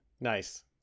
Nice